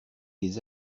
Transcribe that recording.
les